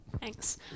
Thanks